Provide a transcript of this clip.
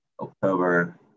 October